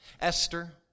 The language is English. Esther